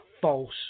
false